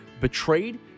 betrayed